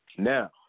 Now